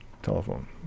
telephone